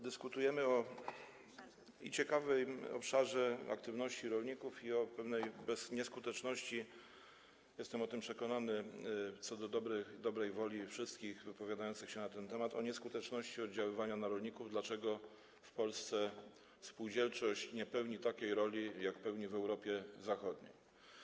Dyskutujemy i o ciekawym obszarze aktywności rolników, i o pewnej nieskuteczności - jestem przekonany co do dobrej woli wszystkich wypowiadających się na ten temat - oddziaływania na rolników, dlaczego w Polsce spółdzielczość nie pełni takiej roli jak pełni w Europie Zachodniej.